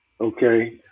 okay